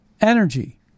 energy